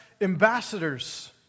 ambassadors